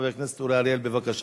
חבר הכנסת אורי אריאל, בבקשה.